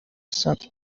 sand